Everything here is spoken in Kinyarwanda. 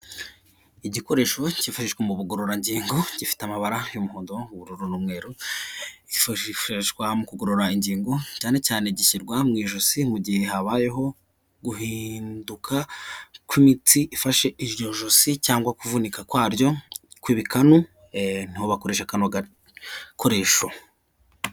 Igikoresho kifashishwa mu bugororangingo gifite amabara y'umuhondo, ubururu n'umweru hifashishwa mu kugorora ingingo, cyane cyane gishyirwa mu ijosi mu gihe habayeho guhinduka kw'imitsi ifashe iryo josi cyangwa kuvunika kwaryo kw'ibikanu niho bakoresha kano gakoresho.